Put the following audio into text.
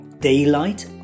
daylight